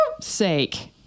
sake